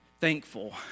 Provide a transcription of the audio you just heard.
Thankful